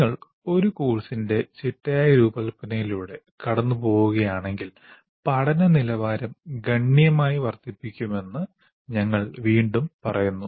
നിങ്ങൾ ഒരു കോഴ്സിന്റെ ചിട്ടയായ രൂപകൽപ്പനയിലൂടെ കടന്നുപോകുകയാണെങ്കിൽ പഠന നിലവാരം ഗണ്യമായി വർദ്ധിപ്പിക്കുമെന്ന് ഞങ്ങൾ വീണ്ടും പറയുന്നു